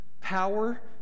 power